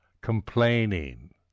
Complaining